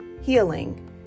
healing